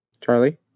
Charlie